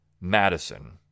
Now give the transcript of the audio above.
Madison